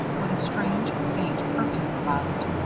with a strange, faint perfume about it.